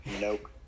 nope